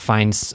Finds